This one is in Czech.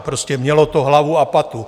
Prostě mělo to hlavu a patu.